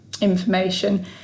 information